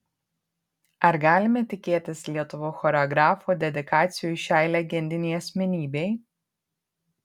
ar galime tikėtis lietuvių choreografų dedikacijų šiai legendinei asmenybei